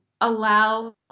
allow